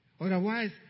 Otherwise